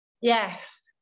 Yes